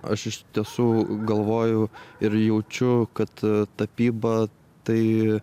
aš iš tiesų galvoju ir jaučiu kad tapyba tai